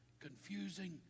confusing